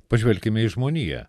pažvelkime į žmoniją